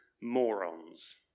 morons